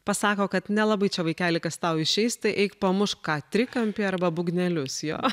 pasako kad nelabai čia vaikeli kas tau išeis tai eik pamušk ką trikampį arba būgnelius jo